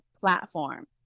platform